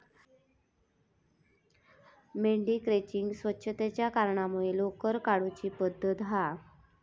मेंढी क्रचिंग स्वच्छतेच्या कारणांमुळे लोकर काढुची पद्धत हा